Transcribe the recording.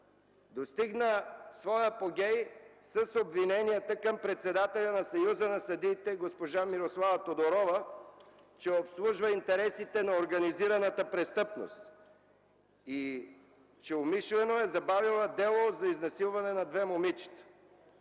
достигна своя апогей с обвиненията към председателя на Съюза на съдиите госпожа Мирослава Тодорова, че обслужва интересите на организираната престъпност и че умишлено е забавила дело за изнасилване на две момичета.